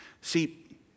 See